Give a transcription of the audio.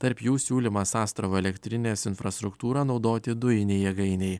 tarp jų siūlymas astravo elektrinės infrastruktūrą naudoti dujinei jėgainei